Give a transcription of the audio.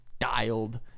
dialed